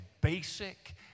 basic